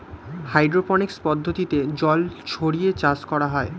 hydroponics পদ্ধতিতে জল ছড়িয়ে চাষ করা হয়